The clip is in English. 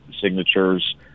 signatures